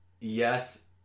yes